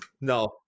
no